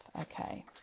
okay